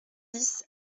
dix